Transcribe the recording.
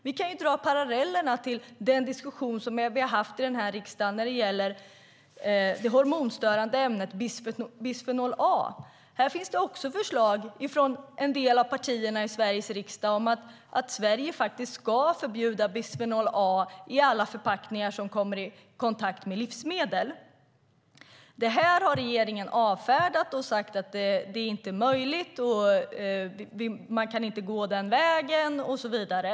Vi kan dra paralleller till den diskussion vi har haft här i riksdagen när det gäller det hormonstörande ämnet bisfenol A. Det finns förslag från en del av partierna i Sveriges riksdag om att Sverige ska förbjuda bisfenol A i alla förpackningar som kommer i kontakt med livsmedel. Det har regeringen avfärdat. Man har sagt att det inte är möjligt, att man inte kan gå den vägen och så vidare.